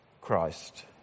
Christ